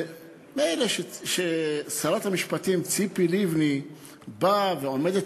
מילא שרת המשפטים ציפי לבני באה ועומדת